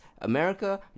America